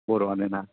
बर'आनो ना